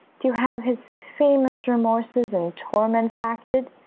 to have his famous remorses and torments acted